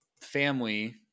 family